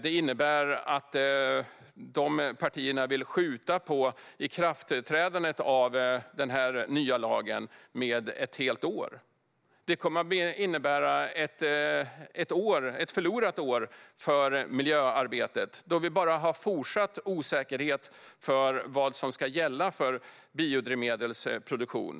Det innebär att de partierna vill skjuta på ikraftträdandet av den nya lagen med ett helt år. Det kommer att innebära ett förlorat år för miljöarbetet då vi bara har fortsatt osäkerhet för vad som ska gälla för biodrivmedelsproduktion.